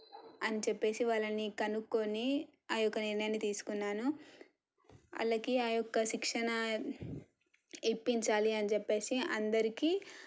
అని చెప్పేసి వాళ్ళని కనుక్కొని ఆయొక్క నిర్ణయాన్ని తీసుకున్నాను అలాగే ఆయొక్క శిక్షణ ఇప్పించాలి అని చెప్పేసి అందరికీ